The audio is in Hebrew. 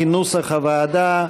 כנוסח הוועדה.